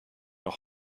noch